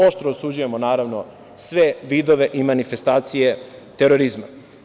Oštro osuđujemo, naravno, sve vidove i manifestacije terorizma.